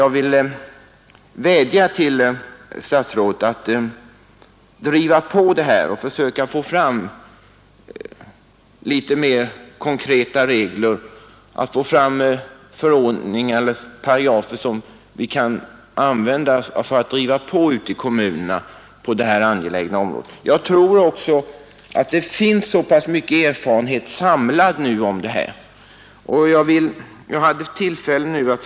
Jag vill vädja till statsrådet att försöka få fram litet mer konkreta regler, förordningar eller paragrafer som vi kan använda för att driva på kommunerna på det här angelägna området. Jag tror också att det i dag finns åtskillig erfarenhet samlad på det här fältet.